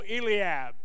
Eliab